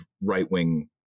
right-wing